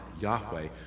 Yahweh